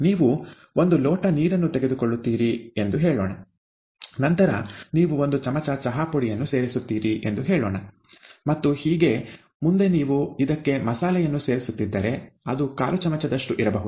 ನೀವು ಒಂದು ಲೋಟ ನೀರನ್ನು ತೆಗೆದುಕೊಳ್ಳುತ್ತೀರಿ ಎಂದು ಎಂದು ಹೇಳೋಣ ನಂತರ ನೀವು ಒಂದು ಚಮಚ ಚಹಾ ಪುಡಿಯನ್ನು ಸೇರಿಸುತ್ತೀರಿ ಎಂದು ಹೇಳೋಣ ಮತ್ತು ಹೀಗೆ ಮುಂದೆ ನೀವು ಇದಕ್ಕೆ ಮಸಾಲೆಯನ್ನು ಸೇರಿಸುತ್ತಿದ್ದರೆ ಅದು ಕಾಲು ಚಮಚದಷ್ಟು ಇರಬಹುದು